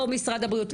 או משרד הבריאות?